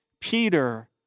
Peter